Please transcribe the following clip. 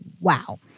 Wow